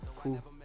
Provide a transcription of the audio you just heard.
cool